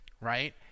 right